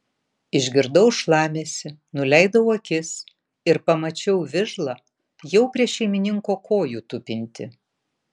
išgirdau šlamesį nuleidau akis ir pamačiau vižlą jau prie šeimininko kojų tupintį